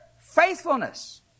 faithfulness